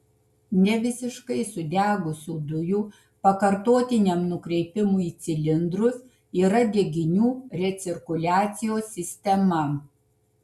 nevisiškai sudegusių dujų pakartotiniam nukreipimui į cilindrus yra deginių recirkuliacijos sistema